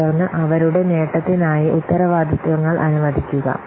തുടർന്ന് അവരുടെ നേട്ടത്തിനായി ഉത്തരവാദിത്തങ്ങൾ അനുവദിക്കുക